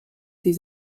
sie